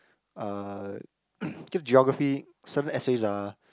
uh geography certain essays are